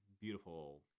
beautiful